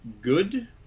good